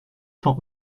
cent